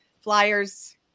Flyers